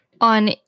On